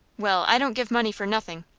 well, i don't give money for nothing.